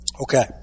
Okay